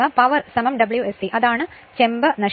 power W s c അതാണ് ചെമ്പ് നഷ്ടം